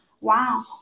Wow